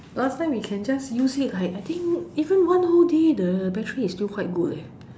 last time you can just use it like I think even one whole day the battery is still quite good leh